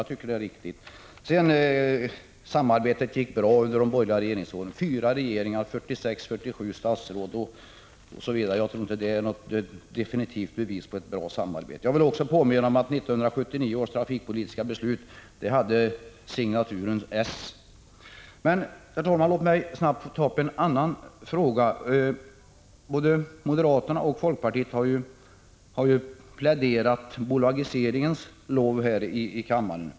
Det talades om att samarbetet gick bra under de borgerliga regeringsåren. Det handlar om 4 regeringar och 46—47 statsråd. Jag tror inte att det kan ses som något bevis för ett bra samarbete. Jag vill också påminna om att 1979 års trafikpolitiska beslut hade signaturen . Men, herr talman, låt mig ta upp en annan fråga. Både moderata samlingspartiet och folkpartiet har ju lovprisat bolagisering i dag.